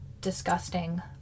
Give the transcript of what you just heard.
disgusting